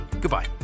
goodbye